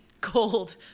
cold